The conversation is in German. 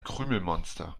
krümelmonster